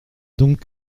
donc